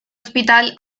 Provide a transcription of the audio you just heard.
hospital